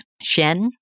Shen